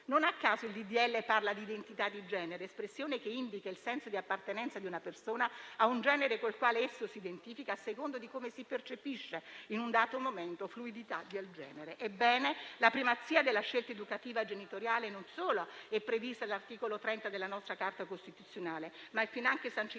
il disegno di legge parla di identità di genere, espressione che indica il senso di appartenenza di una persona a un genere con il quale essa si identifica a seconda di come si percepisce in un dato momento (fluidità del genere). Ebbene, la primazia della scelta educativa genitoriale non solo è prevista all'articolo 30 della nostra Carta costituzionale, ma è finanche sancita a